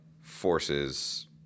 forces